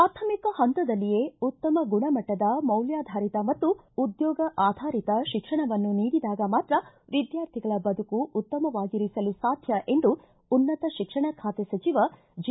ಪ್ರಾಥಮಿಕ ಹಂತದಲ್ಲಿಯೇ ಉತ್ತಮ ಗುಣಮಟ್ಟದ ಮೌಲ್ಲಾಧಾರಿತ ಮತ್ತು ಉದ್ಲೋಗಾಧಾರಿತ ಶಿಕ್ಷಣವನ್ನು ನೀಡಿದಾಗ ಮಾತ್ರ ವಿದ್ಯಾರ್ಥಿಗಳ ಬದುಕು ಉತ್ತಮವಾಗಿರಲು ಸಾಧ್ಯ ಎಂದು ಉನ್ನತ ಶಿಕ್ಷಣ ಖಾತೆ ಸಚಿವ ಜಿ